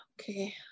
Okay